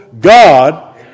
God